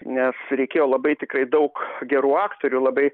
nes reikėjo labai tikrai daug gerų aktorių labai